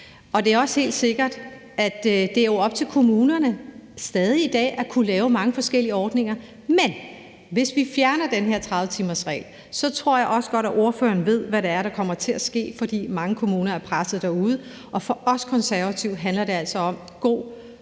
Det er også helt sikkert, at det stadig i dag er op til kommunerne at kunne lave mange forskellige ordninger, men hvis vi fjerner den her 30-timersregel tror jeg også godt, ordføreren ved, hvad det er, der kommer til at ske, for mange kommuner er pressede derude, og for os Konservative handler det altså om god